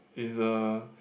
is uh